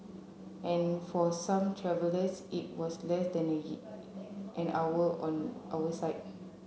and for some travellers it was less than an hour on our side